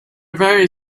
very